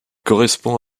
correspond